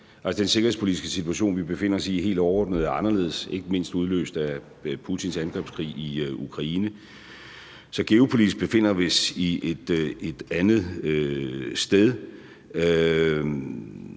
faktisk. Den sikkerhedspolitiske situation, vi befinder os i, er helt overordnet anderledes, ikke mindst udløst af Putins angrebskrig i Ukraine. Så geopolitisk befinder vi os et andet sted.